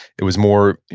it was more,